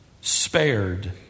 spared